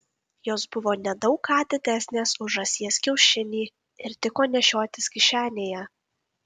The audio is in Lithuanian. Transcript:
jos buvo ne daug ką didesnės už žąsies kiaušinį ir tiko nešiotis kišenėje